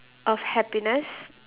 of happiness